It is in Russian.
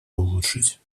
улучшить